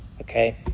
okay